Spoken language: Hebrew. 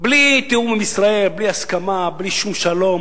בלי תיאום עם ישראל, בלי הסכמה, בלי שום שלום.